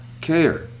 care